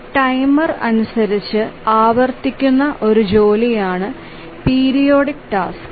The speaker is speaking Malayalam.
ഒരു ടൈമർ അനുസരിച്ച് ആവർത്തിക്കുന്ന ഒരു ജോലിയാണ് പീരിയോഡിക് ടാസ്ക്